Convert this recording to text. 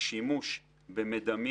שימוש במדמים